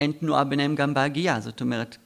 אין תנועה ביניהם גם בהגייה, זאת אומרת.